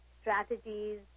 strategies